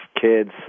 kids